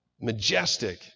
majestic